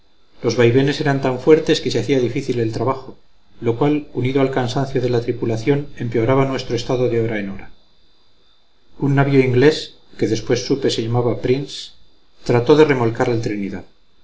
los vaivenes eran tan fuertes que se hacía difícil el trabajo lo cual unido al cansancio de la tripulación empeoraba nuestro estado de hora en hora un navío inglés que después supe se llamaba prince trató de remolcar al trinidad